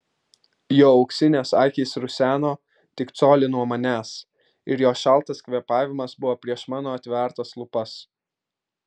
jo auksinės akys ruseno tik colį nuo manęs ir jo šaltas kvėpavimas buvo prieš mano atvertas lūpas